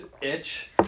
itch